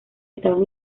estaban